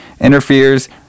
interferes